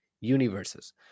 universes